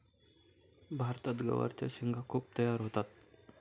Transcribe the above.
भारतात गवारच्या शेंगा खूप तयार होतात